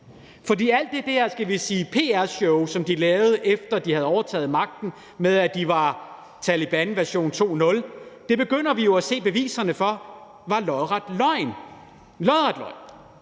vi sige pr-show, som de lavede, efter de havde overtaget magten, med, at de var Taleban version 2.0, begynder vi jo at se beviserne på var lodret løgn – lodret løgn.